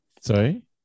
Sorry